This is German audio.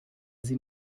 sie